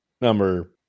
number